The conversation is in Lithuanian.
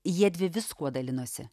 jiedvi viskuo dalinosi